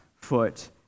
foot